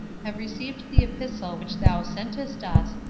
have received the epistle which thou sentest us,